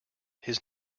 his